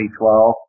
2012